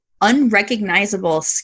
Unrecognizable